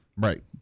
Right